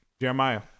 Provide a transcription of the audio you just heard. Jeremiah